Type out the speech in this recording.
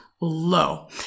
low